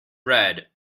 read